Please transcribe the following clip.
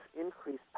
increased